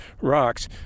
rocks